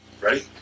Ready